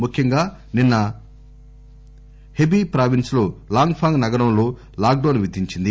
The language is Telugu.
ముఖ్యంగా నిన్న హెబి ప్రావిస్స్ లో లాంగ్ ఫాంగ్ నగరంలో లాక్ డౌన్ విధించింది